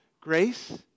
grace